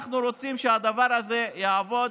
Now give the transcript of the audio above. אנחנו רוצים שהדבר הזה יעבוד,